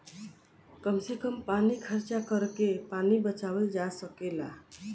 कम से कम पानी खर्चा करके पानी बचावल जा सकेला